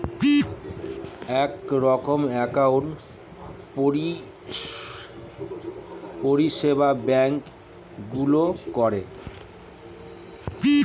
এক রকমের অ্যাকাউন্টিং পরিষেবা ব্যাঙ্ক গুলোয় করে